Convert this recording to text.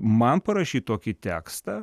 man parašyti tokį tekstą